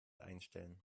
einstellen